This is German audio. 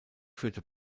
führte